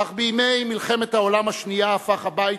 אך בימי מלחמת העולם השנייה הפך הבית